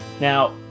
Now